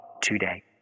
today